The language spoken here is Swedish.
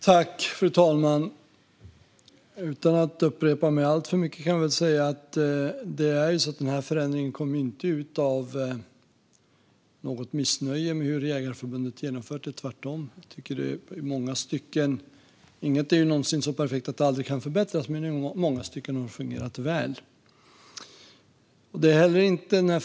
Fru talman! Utan att upprepa mig alltför mycket kan jag säga att denna förändring inte kommer utifrån något missnöje med hur Jägareförbundet har genomfört detta, utan tvärtom. Inget är någonsin så perfekt att det aldrig kan förbättras, men jag tycker att det i långa stycken har fungerat väl.